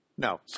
No